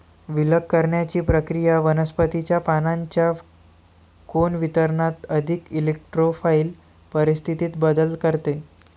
विलग करण्याची प्रक्रिया वनस्पतीच्या पानांच्या कोन वितरणात अधिक इरेक्टोफाइल परिस्थितीत बदल करते